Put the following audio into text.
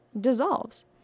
dissolves